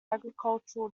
agricultural